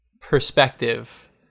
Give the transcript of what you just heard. perspective